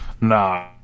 Nah